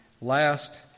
last